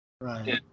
Right